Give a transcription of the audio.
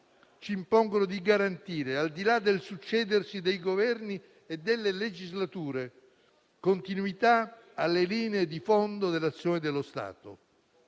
ci impongono di garantire, al di là del succedersi dei Governi e delle legislature, continuità alle linee di fondo dell'azione dello Stato.